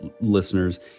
listeners